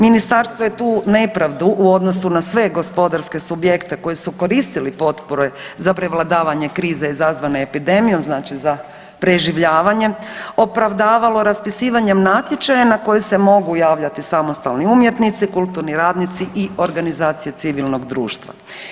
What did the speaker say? Ministarstvo je tu nepravdu u odnosu na sve gospodarske subjekte koji su koristili potpore za prevladavanje krize izazvane epidemijom, znači za preživljavanje opravdavalo raspisivanjem natječaja na koji se mogu javljati samostalni umjetnici, kulturni radnici i organizacije civilnog društva.